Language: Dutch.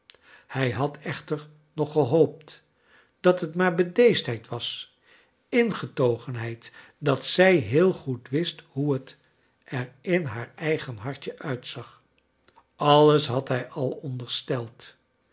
hij had ecbter nog gehoopt dat het maar bedeesdheid was ingetogenheid dat zij heel goed wist hoe t er in haar eigen hartje uitzag alles had hij al